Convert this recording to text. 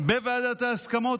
בוועדת ההסכמות.